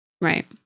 Right